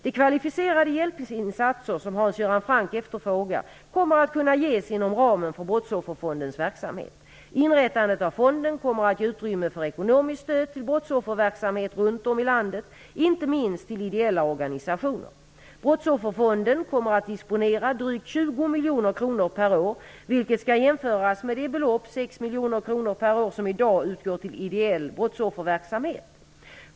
De kvalificerade hjälpinsatser som Hans Göran Franck efterfrågar kommer att kunna ges inom ramen för brottsofferfondens verksamhet. Inrättandet av fonden kommer att ge utrymme för ekonomiskt stöd till brottsofferverksamhet runt om i landet, inte minst till ideella organisationer. Brottsofferfonden kommer att disponera drygt 20 miljoner kronor per år, vilket skall jämföras med det belopp -- 6 miljoner kronor per år -- som i dag utgår till ideell brottsofferverksamhet.